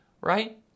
right